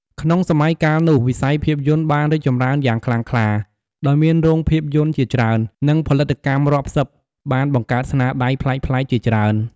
ក្នុងសម័យកាលនោះ វិស័យភាពយន្តបានរីកចម្រើនយ៉ាងខ្លាំងក្លា ដោយមានរោងភាពយន្តជាច្រើន និងផលិតកម្មរាប់សិបបានបង្កើតស្នាដៃប្លែកៗជាច្រើន។